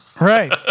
right